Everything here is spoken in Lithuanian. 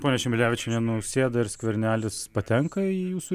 ponia šimelevičiene nausėda ir skvernelis patenka į jūsų